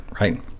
right